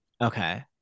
Okay